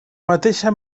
mateixa